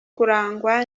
kurangwa